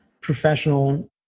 professional